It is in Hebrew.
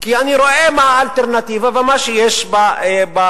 כי אני רואה מה האלטרנטיבה ומה שיש בפוליטיקה.